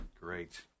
Great